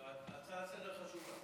זו הצעה לסדר-היום חשובה,